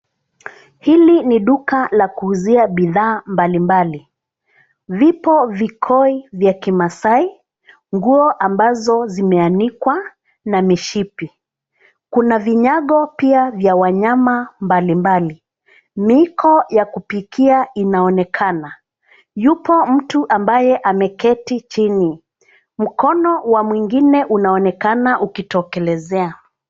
Hili ni duka la kuuzia bidhaa mbali mbali. Vipo vikoi vya kimasai, nguo ambazo zimeanikwa na mishipi. Kuna vinyago pia vya wanyama mbali mbali. Miiko ya kupikia inaonekana. Yupo mtu ambaye ameketi chini. Mkono wa mwingine unaonekana ukitokelezea.